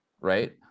right